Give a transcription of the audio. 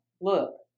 Look